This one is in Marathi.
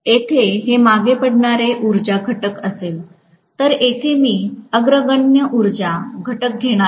येथे हे मागे पडणारे उर्जा घटक असेल तर येथे मी अग्रगण्य उर्जा घटक घेणार आहे